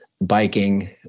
biking